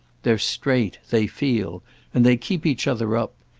they're straight, they feel and they keep each other up.